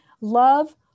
love